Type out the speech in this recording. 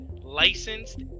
licensed